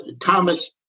Thomas